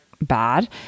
bad